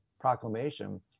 proclamation